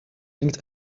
klinkt